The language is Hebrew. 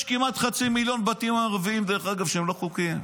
יש כמעט חצי מיליון בתים ערביים שהם לא חוקיים.